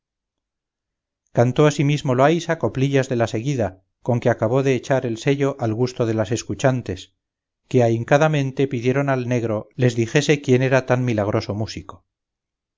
cantó asimismo loaysa coplillas de la seguida con que acabó de echar el sello al gusto de las escuchantes que ahincadamente pidieron al negro les dijese quién era tan milagroso músico